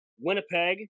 Winnipeg